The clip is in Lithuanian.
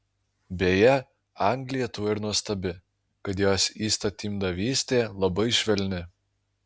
beje anglija tuo ir nuostabi kad jos įstatymdavystė labai švelni